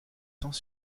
sans